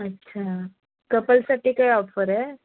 अच्छा कपलसाठी काय ऑफर आहे